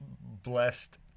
blessed